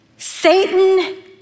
Satan